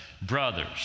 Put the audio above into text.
Brothers